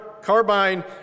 carbine